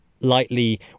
Lightly